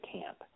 camp